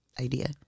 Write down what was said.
idea